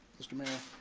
mister mayor.